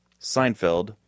Seinfeld